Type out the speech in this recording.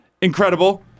incredible